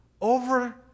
over